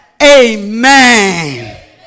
Amen